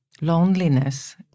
loneliness